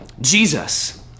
Jesus